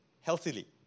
healthily